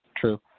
True